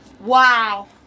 Wow